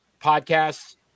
Podcasts